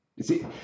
see